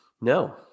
No